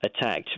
attacked